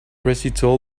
recital